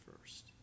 first